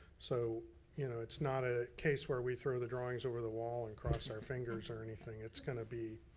so you know it's not a case where we throw the drawings over the wall and cross our fingers or anything, it's gonna be,